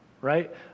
right